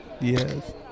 yes